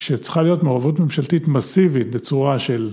שצריכה להיות מעורבות ממשלתית מסיבית בצורה של